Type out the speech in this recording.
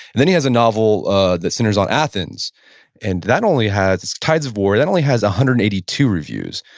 then he has a novel ah that centers on athens and that only has, tides of war, that only has one hundred and eighty two reviews.